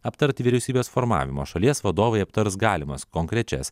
aptarti vyriausybės formavimo šalies vadovai aptars galimas konkrečias